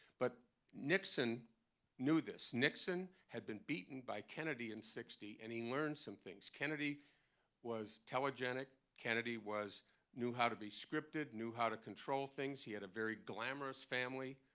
but nixon knew this. nixon had been beaten by kennedy in sixty, and he learned some things. kennedy was telegenic. kennedy knew how to be scripted, knew how to control things. he had a very glamorous family.